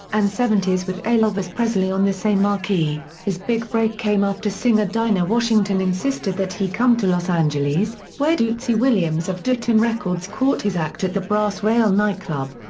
and seventy s with elvis presley on the same marquee, his big break came after singer dinah washington insisted that he come to los angeles, where dootsie williams of dootone records caught his act at the brass rail nightclub.